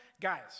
Guys